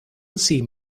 seem